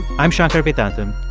i'm shankar vedantam.